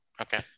Okay